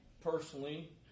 personally